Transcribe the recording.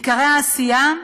עיקרי העשייה: